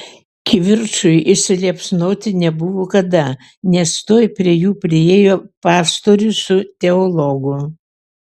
kivirčui įsiliepsnoti nebuvo kada nes tuoj prie jų priėjo pastorius su teologu